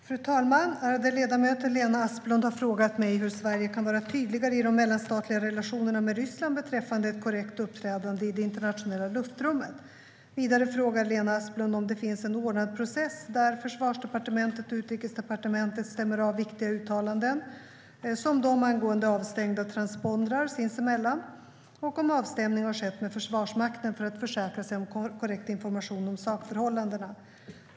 Fru talman! Ärade ledamöter! Lena Asplund har frågat mig hur Sverige kan vara tydligare i de mellanstatliga relationerna med Ryssland beträffande ett korrekt uppträdande i det internationella luftrummet. Vidare frågar Lena Asplund om det finns en ordnad process där Försvarsdepartementet och Utrikesdepartementet stämmer av viktiga uttalanden, som dem angående avstängda transpondrar, sinsemellan och om avstämning har skett med Försvarsmakten för att försäkra sig om korrekt information om sakförhållandena.